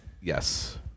Yes